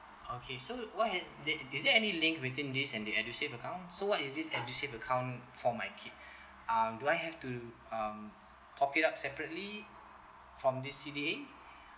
okay so what is is is there any link within this and the edusave account so what is this edusave account for my kid um do I have to um top it up separately from this C_D_A